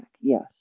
yes